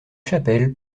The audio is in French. chapelle